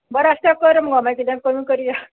बरें आसा तें कर मुगो मागीर किदें कमी करया